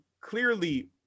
clearly